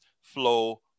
flow